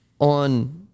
on